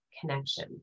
connection